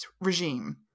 regime